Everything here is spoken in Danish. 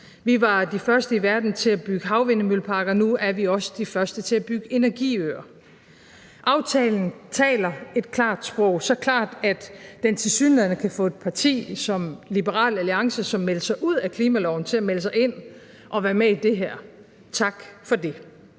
Vi var de første i verden til at bygge havvindmølleparker, og nu er vi også de første til at bygge energiøer. Aftalen taler et klart sprog, så klart, at den tilsyneladende kan få et parti som Liberal Alliance, som meldte sig ud af klimaloven, til at melde sig ind og være med i det her. Tak for det.